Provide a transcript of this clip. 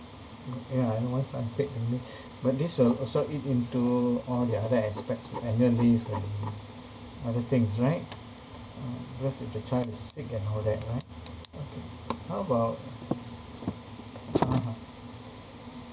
ya I know what's unpaid it means but this will also eat into all the other aspects annual leave and other things right uh because if the child is sick and all that right okay how about uh